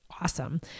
awesome